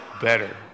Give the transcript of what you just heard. better